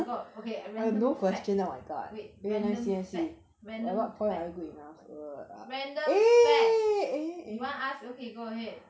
my god okay a random fact wait random fact random fact random fact you want to ask okay go ahead